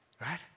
Right